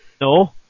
No